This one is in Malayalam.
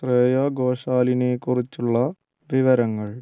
ശ്രേയ ഘോഷാലിനെക്കുറിച്ചുള്ള വിവരങ്ങൾ